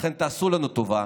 לכן תעשו לנו טובה,